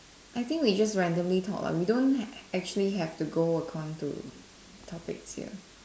I think we just randomly talk ah we don't ac~ actually have to go according to topics here